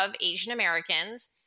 Asian-Americans